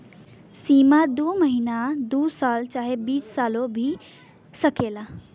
सीमा दू महीना दू साल चाहे बीस सालो भी सकेला